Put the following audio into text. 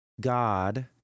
God